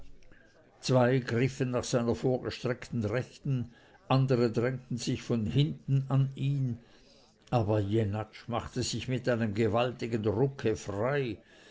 zwei griffen nach seiner vorgestreckten rechten andere drängten sich von hinten an ihn aber jenatsch machte sich mit einem gewaltigen rucke frei